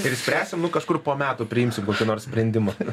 ir spręsim nu kažkur po metų priimsim kokį nors sprendimą